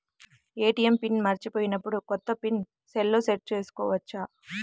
ATM pin మరచిపోయినప్పుడు, కొత్త pin సెల్లో సెట్ చేసుకోవచ్చా?